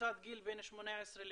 בקבוצת גיל בין 18 ל-24.